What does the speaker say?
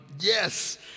Yes